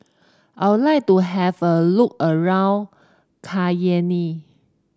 I would like to have a look around Cayenne